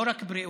לא רק בריאותית,